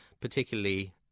Particularly